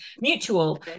mutual